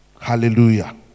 Hallelujah